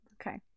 Okay